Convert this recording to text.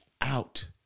out